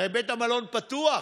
הרי בית המלון פתוח.